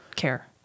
care